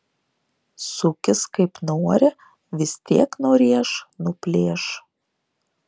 sukis kaip nori vis tiek nurėš nuplėš